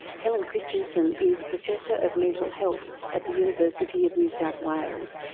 helen christensen is professor of mental health at the university of new south wales,